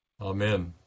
Amen